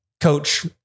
coach